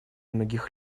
многих